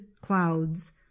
clouds